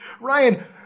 Ryan